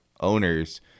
owners